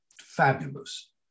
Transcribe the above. Fabulous